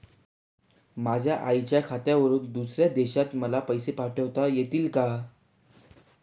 माझ्या आईच्या खात्यावर दुसऱ्या देशात मला पैसे पाठविता येतील का?